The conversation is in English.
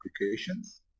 applications